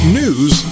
news